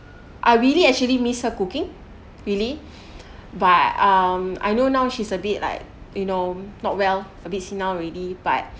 I really actually miss her cooking really but um I know now she's a bit like you know not well a bit sick now already but